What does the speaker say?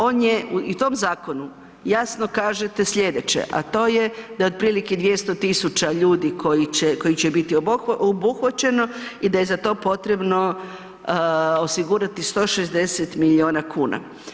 On je i u tom zakonu jasno kažete slijedeće to je da otprilike 200 000 ljudi koji će biti obuhvaćeno i da je za to potrebno osigurati 160 milijuna kuna.